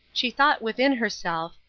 she thought within herself,